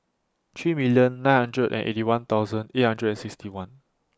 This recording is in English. three million nine hundred and Eighty One thousand eight hundred and sixty one